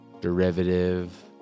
derivative